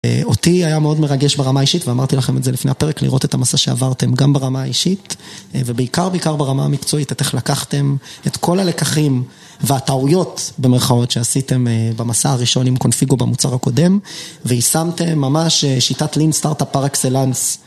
אותי היה מאוד מרגש ברמה האישית ואמרתי לכם את זה לפני הפרק, לראות את המסע שעברתם גם ברמה האישית ובעיקר-בעיקר ברמה המקצועית, את איך לקחתם את כל הלקחים והטעויות במרכאות שעשיתם במסע הראשון עם קונפיגו במוצר הקודם ויישמתם ממש שיטת Lean Startup Par Excellence.